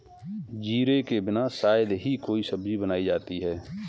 जीरे के बिना शायद ही कोई सब्जी बनाई जाती है